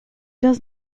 does